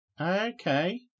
Okay